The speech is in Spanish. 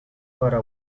para